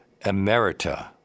emerita